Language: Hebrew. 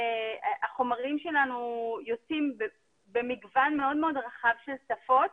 החומרים שלנו יוצאים במגוון מאוד מאוד רחב של שפות,